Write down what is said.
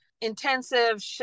intensive